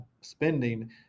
spending